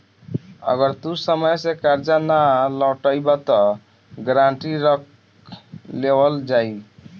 अगर तू समय से कर्जा ना लौटइबऽ त गारंटी रख लेवल जाई